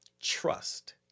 trust